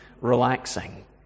relaxing